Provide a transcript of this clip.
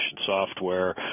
software